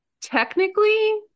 Technically